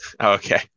Okay